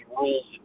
rules